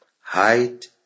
height